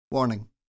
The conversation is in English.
Warning